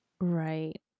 Right